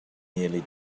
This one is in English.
nearly